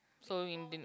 so in